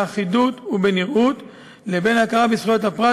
באחידות ובנראות לבין הכרה בזכויות הפרט